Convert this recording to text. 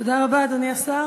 תודה רבה, אדוני השר.